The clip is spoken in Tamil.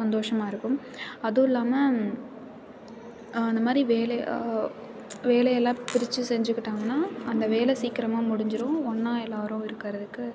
சந்தோஷமாக இருக்கும் அதுவும் இல்லாமல் அந்தமாதிரி வேலை வேலை எல்லாம் பிரிச்சு செஞ்சிக்கிட்டாங்கன்னா அந்த வேலை சீக்கிரமாக முடிஞ்சிரும் ஒன்னாக எல்லாரும் இருக்கிறதுக்கு